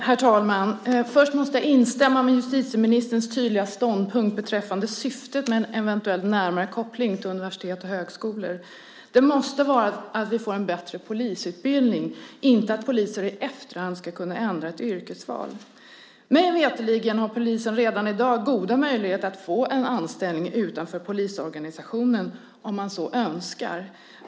Herr talman! Först måste jag instämma med justitieministerns tydliga ståndpunkt beträffande syftet med en eventuell närmare koppling till universitet och högskolor. Det måste vara att vi får en bättre polisutbildning, inte att poliser i efterhand ska kunna ändra ett yrkesval. Mig veterligen har poliser redan i dag goda möjligheter att få en anställning utanför polisorganisationen om de så önskar.